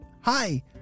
Hi